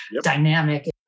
dynamic